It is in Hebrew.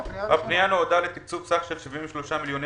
הפנייה נועדה לתקצוב סך של 73 מיליוני